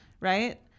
Right